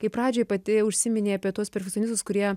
kaip pradžiai pati užsiminei apie tuos perfekcionistus kurie